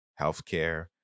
healthcare